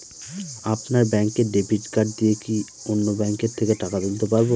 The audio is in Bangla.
আপনার ব্যাংকের ডেবিট কার্ড দিয়ে কি অন্য ব্যাংকের থেকে টাকা তুলতে পারবো?